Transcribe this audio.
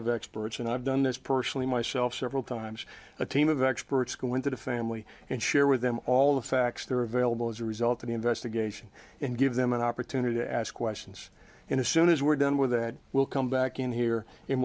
have experts and i've done this personally myself several times a team of experts going to the family and share with them all the facts they're available as a result of the investigation and give them an opportunity to ask questions in a soon as we're done with that we'll come back in here in